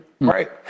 Right